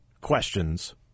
questions